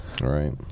right